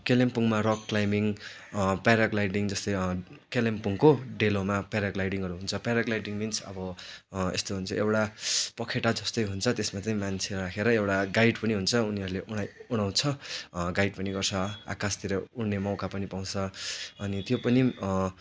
कालिम्पोङमा rock climbing paragliding जस्तै कालिम्पोङको डेलोमा प्याराग्लाइडिङहरू हुन्छ प्याराग्लाइडिङ मिन्स अब यस्तो हुन्छ एउटा पखेटा जस्तै हुन्छ त्यसमा चाहिँ मान्छे राखेर एउटा गाइड पनि हुन्छ उनीहरूले उडाइ उडाउँछ गाइड पनि गर्छ आकाशतिर उड्ने मौका पनि पाउँछ अनि त्यो पनि